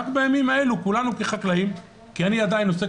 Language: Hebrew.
רק בימים האלה כולנו כחקלאים כי אני עדיין עוסק